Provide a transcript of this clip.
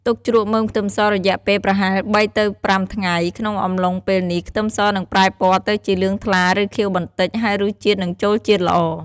ទុកជ្រក់មើមខ្ទឹមស រយៈពេលប្រហែល ៣ទៅ៥ ថ្ងៃ ក្នុងអំឡុងពេលនេះ ខ្ទឹមសនឹងប្រែពណ៌ទៅជាលឿងថ្លា ឬខៀវបន្តិច ហើយរសជាតិនឹងចូលជាតិល្អ។